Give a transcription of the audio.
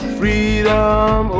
freedom